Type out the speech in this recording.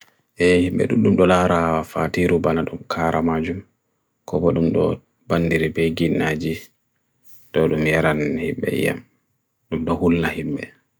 Ehi me dundum dolara fatirubana dum kara majum Kopa dundum do bandiri pegi naji Dondum nera nan hebe yam Dundum dahulla hebe